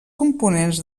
components